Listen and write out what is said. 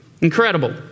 Incredible